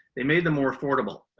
they made them more affordable,